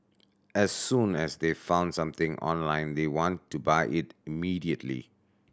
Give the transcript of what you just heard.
as soon as they found something online they want to buy it immediately